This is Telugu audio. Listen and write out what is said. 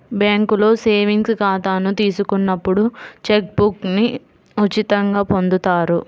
బ్యేంకులో సేవింగ్స్ ఖాతాను తీసుకున్నప్పుడు చెక్ బుక్ను ఉచితంగా పొందుతారు